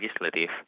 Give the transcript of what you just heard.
legislative